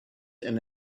and